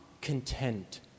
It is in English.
content